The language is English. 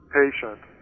patient